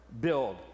build